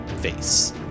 face